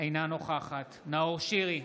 אינה נוכחת נאור שירי,